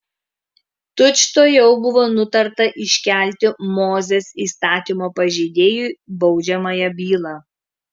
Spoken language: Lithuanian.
tučtuojau buvo nutarta iškelti mozės įstatymo pažeidėjui baudžiamąją bylą